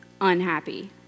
unhappy